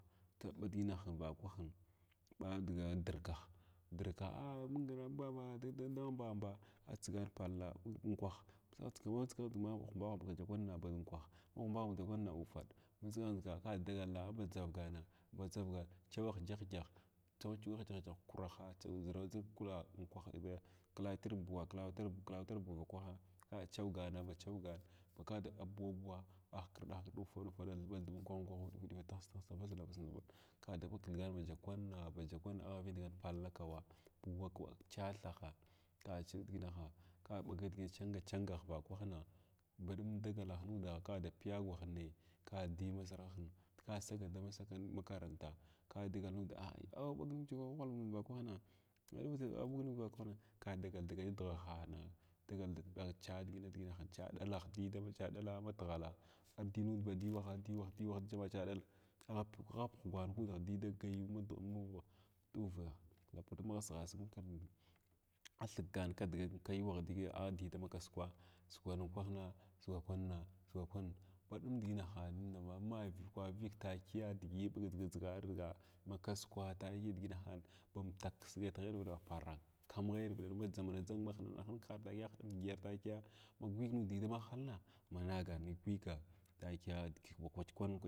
Toh madiginahin vakwahin ɓa dga ndirgah, ndirgah ah mung na na dagal dama mbambag atsigar palla, unkwah malsigu tsig tsig aʒa kwanina maba unkwa mahumba humbga ndakwana ufaɗ indʒiga ndʒig dagalha aba dʒamgana ba dʒargana chawa hyəgah kyəɓa kyəbakurahana unkwah, kakan tar bnwa, kalur ta, buwa ba kwahi ka kyəɓgan kyəɓgan ka da abura buwa ahkrɗa hkrɗa ufaɗu ufaɗum aju ba unkwahu unkwahr ina tiho tihaa vaslambaɗ vaslmabaɗ kada ba kithgan biya kwanna bayikwanna kal agh vindigana, palla kawa buwa kawu chaa thah takiya diginaha ka ɓaga digiyo chinga ching yakwahana baɗum dagal nudaha ka da piyagwahin kadli ma ʒarhahim dama makaranta ka ghwalvin vakwahna awwuh ɓag ningha vakwahna kahagal da gata dughwaha dagal da bachaa diginaha cha ɗalah di kama chaa dala matighala di nud ba di, whala di whaha badi wnha di wnha da cha ɗala mafghala apugh tuva masighasig athigana kdgina kaskwa sugwa ning kwaha sugwa kwan sugwa kwanna baɗum nidiginahanin nai vigan vig takiya diʒi ɓaga dʒigar dʒiga makaskwa takiya diʒina han ba amtuk kiskai tighayar viɗar parak amghagirvidər ma dʒamang dʒang mahinana hing ah kidigi takiya ma gwig nud dida ma halna managan nay ma gwiga takiya ma kwaɗy kwan digit